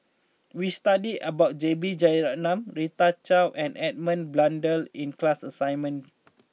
we studied about J B Jeyaretnam Rita Chao and Edmund Blundell in class assignment